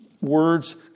words